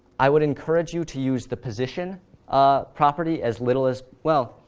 i would encourage you to use the position ah property as little as well,